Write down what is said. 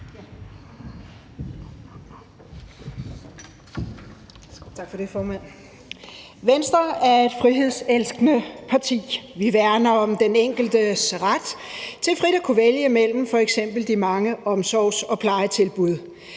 Venstre er et frihedselskende parti. Vi værner om den enkeltes ret til frit at kunne vælge mellem f.eks. de mange omsorgs- og plejetilbud.